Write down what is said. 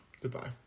Goodbye